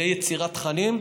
ביצירת תכנים.